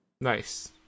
Nice